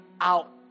out